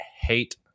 Hate